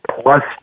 plus